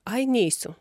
ai neisiu